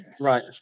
Right